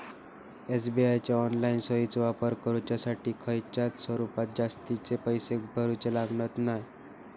SBI च्या online सोयीचो वापर करुच्यासाठी खयच्याय स्वरूपात जास्तीचे पैशे भरूचे लागणत नाय